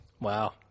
Wow